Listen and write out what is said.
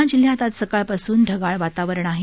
जालना जिल्ह्यात आज सकाळपासून ढगाळ वातावरण आहे